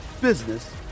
business